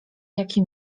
jaki